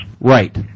Right